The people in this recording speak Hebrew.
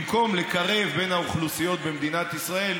במקום לקרב בין האוכלוסיות במדינת ישראל,